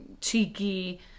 cheeky